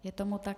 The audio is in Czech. Je tomu tak.